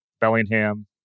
Bellingham